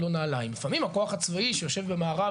לפעמים הכוח הצבאי שיושב במארב,